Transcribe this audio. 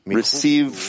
receive